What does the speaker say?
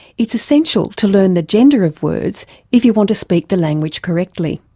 it's essential to learn the gender of words if you want to speak the language correctly.